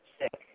sick